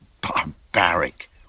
barbaric